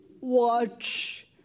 watch